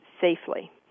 safely